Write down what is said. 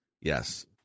yes